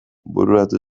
bururatu